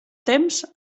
temps